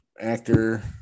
actor